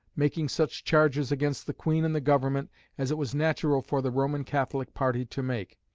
making such charges against the queen and the government as it was natural for the roman catholic party to make,